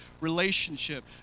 relationship